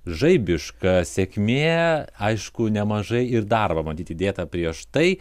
žaibiška sėkmė aišku nemažai ir darbo matyt įdėta prieš tai